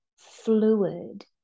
fluid